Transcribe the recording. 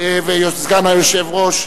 וסגן היושב-ראש,